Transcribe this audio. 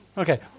Okay